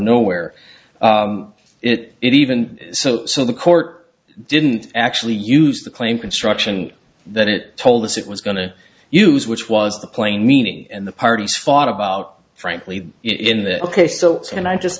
nowhere it is even so so the court didn't actually use the claim construction that it told us it was going to use which was the plain meaning and the parties fought about frankly in the ok so can i just